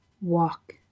walk